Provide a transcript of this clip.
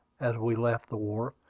as we left the wharf,